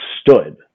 stood